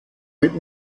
mit